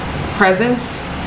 presence